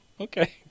okay